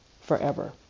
forever